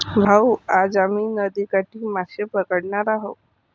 भाऊ, आज आम्ही नदीकाठी मासे पकडणार आहोत